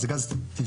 זה גז טבעי.